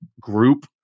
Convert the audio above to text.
group